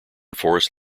forest